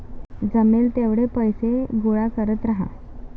जमेल तेवढे पैसे गोळा करत राहा